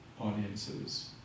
audiences